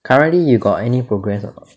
currently you got any progress or not